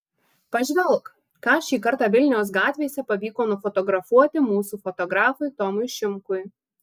pažvelk ką šį kartą vilniaus gatvėse pavyko nufotografuoti mūsų fotografui tomui šimkui